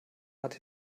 hat